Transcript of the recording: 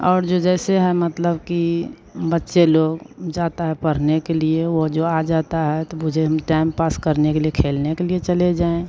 और जो जैसे है मतलब कि बच्चे लोग जाता है पढ़ने के लिए वह जो आ जाता है तो मुझे टाइम पास करने के लिए खेलने के लिए चले जाएँ